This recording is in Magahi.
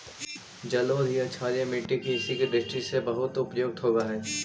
जलोढ़ या क्षारीय मट्टी कृषि के दृष्टि से बहुत उपयुक्त होवऽ हइ